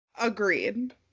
Agreed